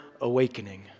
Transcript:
awakening